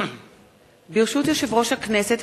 ברשות יושב-ראש הכנסת,